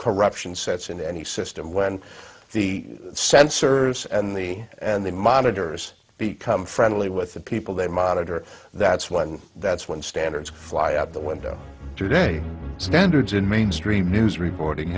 corruption sets in any system when the sensors and the and the monitors become friendly with the people they monitor that's one that's when standards fly out the window today standards in mainstream news reporting